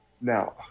Now